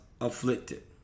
afflicted